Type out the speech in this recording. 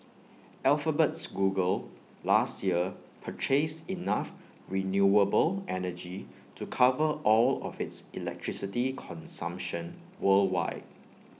Alphabet's Google last year purchased enough renewable energy to cover all of its electricity consumption worldwide